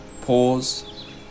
pause